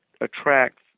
attract